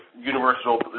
universal